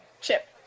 Chip